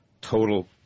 total